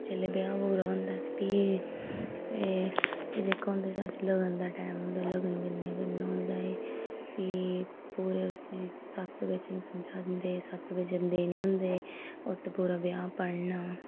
जेल्लै ब्याह् पूरा होंदा ते फ्ही एह् जेह्का होंदा साली दे लगन दा टैम होंदा लगन करना होंदा ऐ फ्ही पूरे उसी सत्त बचन समझांदे सत्त बचन देने होंदे उत्त पूरा ब्याह् पढ़ना